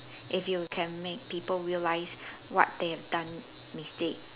if you can make people realise what they have done mistake